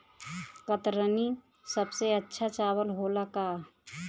कतरनी सबसे अच्छा चावल होला का?